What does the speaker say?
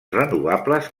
renovables